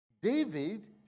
David